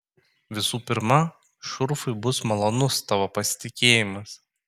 visų pirma šurfui bus malonus tavo pasitikėjimas